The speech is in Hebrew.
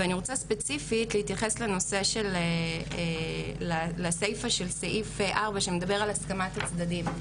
אני רוצה ספציפית להתייחס לסיפא של סעיף (4) שמדבר על הסכמת הצדדים.